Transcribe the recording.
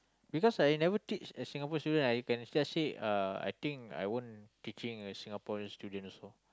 because I never teach a Singapore student I can just say uh I think I won't teaching a Singaporean student also